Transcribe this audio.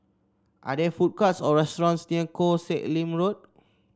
are there food courts or restaurants near Koh Sek Lim Road